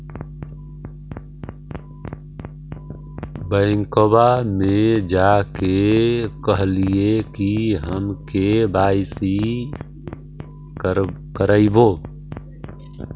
बैंकवा मे जा के कहलिऐ कि हम के.वाई.सी करईवो?